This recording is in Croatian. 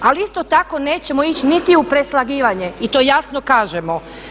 Ali isto tako nećemo ići niti u preslagivanje i to jasno kažemo.